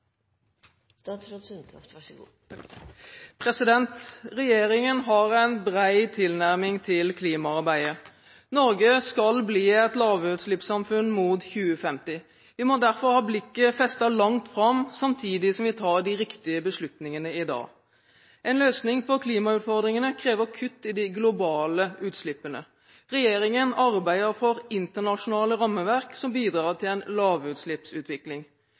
Regjeringen har en bred tilnærming til klimaarbeidet. Norge skal bli et lavutslippssamfunn fram mot 2050. Vi må derfor ha blikket festet langt fram samtidig som vi tar de riktige beslutningene i dag. En løsning på klimautfordringene krever kutt i de globale utslippene. Regjeringen arbeider for internasjonale rammeverk som bidrar til en lavutslippsutvikling,